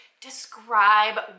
describe